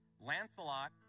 Lancelot